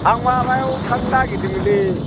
आं माबायाव थांनो नागिरदोंमोनलै